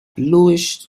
bluish